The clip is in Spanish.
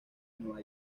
nueva